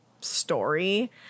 story